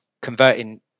converting